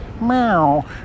Meow